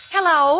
Hello